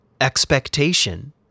expectation